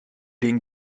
liegen